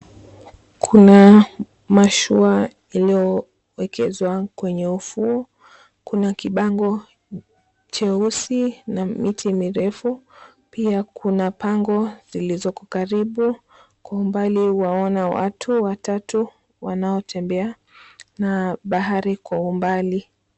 Kuna mashua iliyowekezwa kwenye ufuo. Kuna kibango cheusi na miti mirefu, pia kuna pango zilizoko karibu, kwa umbali waona watu watatu wanaotembea na bahari kwa umbali.